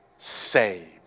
saved